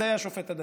זה היה השופט הדתי.